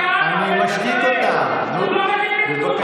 מתן כהנא, הוא לא מבין בכלום, מה הוא מדבר?